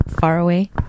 faraway